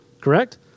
correct